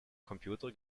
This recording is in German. computer